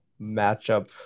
matchup